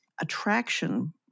attraction